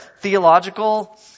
theological